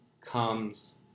comes